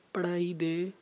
ਪੜ੍ਹਾਈ ਦੇ